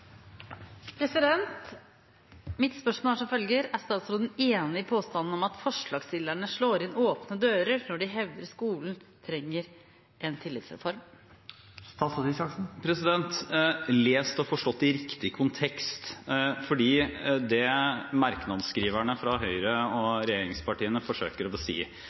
Mitt spørsmål er som følger: Er statsråden enig i påstanden om at forslagsstillerne slår inn åpne dører når de hevder skolen trenger en tillitsreform? Lest og forstått i riktig kontekst er det merknadsskriverne fra regjeringspartiene forsøker å si,